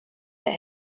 that